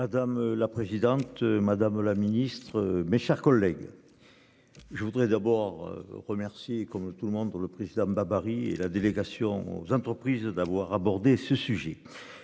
Madame la présidente, madame la ministre, mes chers collègues. Je voudrais d'abord remercier comme tout le monde dans le président babary et la délégation aux entreprises d'avoir abordé ce sujet.